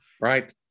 right